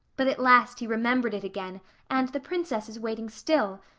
but at last he remembered it again and the princess is waiting still.